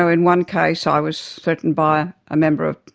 ah in one case i was threatened by a member of.